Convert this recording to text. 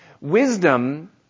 Wisdom